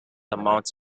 amounts